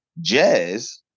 jazz